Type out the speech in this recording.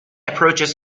approaches